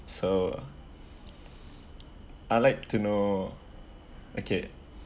so I like to know okay